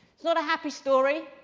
sort of happy story.